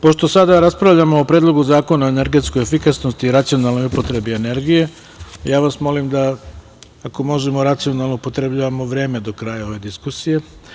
Pošto sada raspravljamo o Predlogu zakona o energetskoj efikasnosti i racionalnoj upotrebi energije, ja vas molim da, ako možemo, racionalno upotrebljavamo vreme do kraja ove diskusije.